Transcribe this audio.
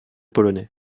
polonais